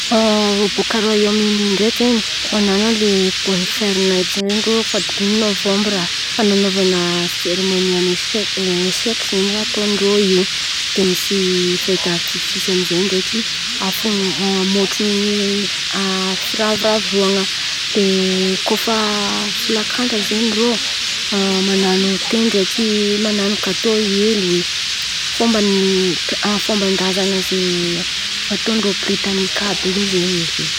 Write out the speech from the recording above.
Rô baka Rahôminy ndreky zen̈y man̈ano le bônifairina zay rô faha dimy novambra ananaovana seremôny any eseky zen̈y raha ataon-drô io. De misy federitifisy amizay ndreky afo môtro ny firavoravoana de kôfa folakandra zen̈y irô manano te ndreky manano gatô hely oe. Fômba ny fômban-drazana ze fantaon'drô biritniky àby io zen̈y izo.